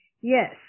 Yes